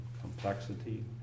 complexity